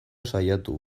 saiatu